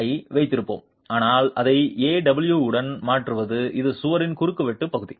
யை வைத்திருப்போம் ஆனால் அதை Aw உடன் மாற்றுவது இது சுவரின் குறுக்குவெட்டின் பகுதி